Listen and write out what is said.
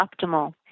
optimal